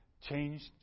changed